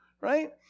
right